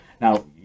now